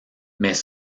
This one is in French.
mais